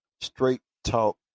straight-talk